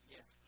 Yes